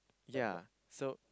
yea so